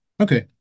okay